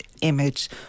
image